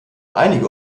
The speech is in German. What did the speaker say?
einige